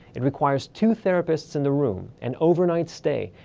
it requires two therapists in the room, an overnight stay,